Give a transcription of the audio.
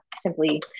simply